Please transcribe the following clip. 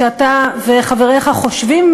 שאתה וחבריך חושבים,